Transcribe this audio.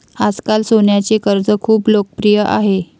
आजकाल सोन्याचे कर्ज खूप लोकप्रिय आहे